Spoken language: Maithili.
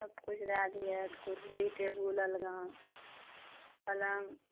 सबकिछु दए दिहथि कुर्सी टेबुल अलना पलङ्ग